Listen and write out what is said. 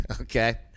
okay